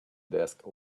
desk